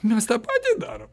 mes tą patį darom